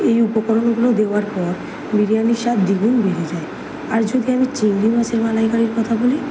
এই উপকরণগুলো দেওয়ার পর বিরিয়ানির স্বাদ দ্বিগুণ বেড়ে যায় আর যদি আমি চিংড়ি মাছের মালাইকারির কথা বলি